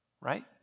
right